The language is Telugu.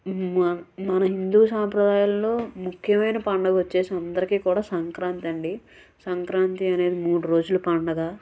మా మన హిందూ సాంప్రదాయాలలో ముఖ్యమయిన పండుగా వచ్చేసి అందరికీ కూడా సంక్రాంతి అండి సంక్రాంతి అనేది మూడు రోజులు పండుగా